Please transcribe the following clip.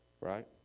right